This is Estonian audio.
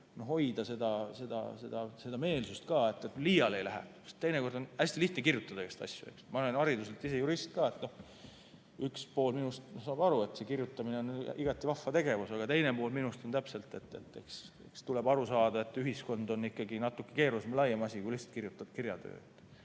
hoida seda meelsust, et liiale ei lähe. Teinekord on hästi lihtne kirjutada igasuguseid asju. Ma olen ise hariduselt jurist ka, üks pool minust saab aru, et kirjutamine on igati vahva tegevus, aga teine pool minust ütleb, et tuleb aru saada, et ühiskond on ikkagi natuke keerulisem ja laiem asi kui lihtsalt kirjutatav